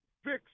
Fix